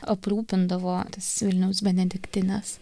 aprūpindavo tas vilniaus benediktines